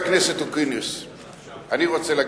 אני מאוד שמח על כך.